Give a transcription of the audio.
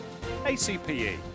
ACPE